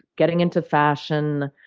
getting into fashion,